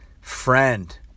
friend